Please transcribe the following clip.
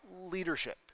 leadership